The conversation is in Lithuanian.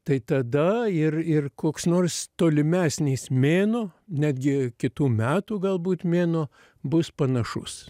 tai tada ir ir koks nors tolimesnis mėnuo netgi kitų metų galbūt mėnuo bus panašus